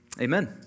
Amen